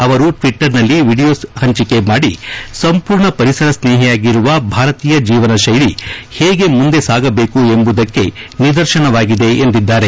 ಅವರು ಟ್ವಿಟರ್ನಲ್ಲಿ ವಿಡಿಯೋ ಪಂಚಿಕೆ ಮಾಡಿ ಸಂಪೂರ್ಣ ಪರಿಸರ ಸ್ನೇಹಿಯಾಗಿರುವ ಭಾರತೀಯ ಜೀವನ ಶೈಲಿ ಹೇಗೆ ಮುಂದೆ ಸಾಗಬೇಕು ಎಂಬುದಕ್ಕೆ ನಿದರ್ಶನವಾಗಿದೆ ಎಂದಿದ್ದಾರೆ